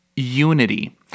Unity